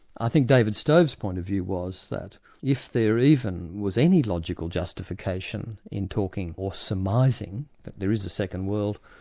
i think david stove's point of view was that if there even was any logical justification in talking, or surmising, that there is a second world,